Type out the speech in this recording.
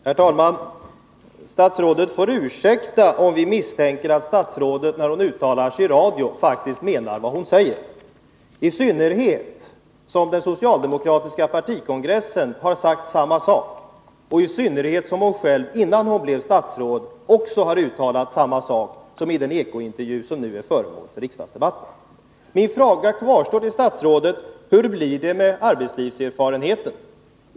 Herr talman! Statsrådet får ursäkta om vi misstänker att statsrådet, när hon uttalar sig i radio, faktiskt menar vad hon säger, i synnerhet som den socialdemokratiska partikongressen har sagt samma sak, och i synnerhet som hon själv innan hon blev statsråd också har uttalat samma sak som i den Eko-intervju som nu är föremål för riksdagsdebatt. Min fråga kvarstår till statsrådet: Hur blir det med arbetslivserfarenheten?